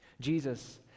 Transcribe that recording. Jesus